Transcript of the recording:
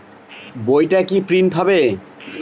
বইটা কি প্রিন্ট হবে?